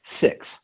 Six